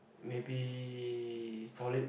maybe solid